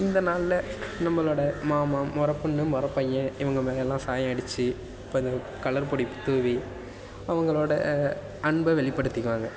இந்த நாளில் நம்மளோட மாமா முறைப்பொண்ணு முறைப்பையன் இவங்க மேலே எல்லாம் சாயம் அடிச்சு இப்போ இந்த கலர் பொடி தூவி அவங்களோட அன்பை வெளிப்படுத்திக்குவாங்க